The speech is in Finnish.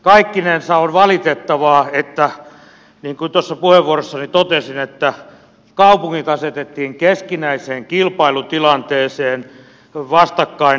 kaikkinensa on valitettavaa niin kuin puheenvuorossani totesin että kaupungit asetettiin keskinäiseen kilpailutilanteeseen vastakkainasetteluun